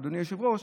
אדוני היושב-ראש,